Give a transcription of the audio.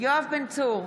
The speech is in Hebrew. יואב בן צור,